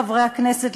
חברי חברי הכנסת,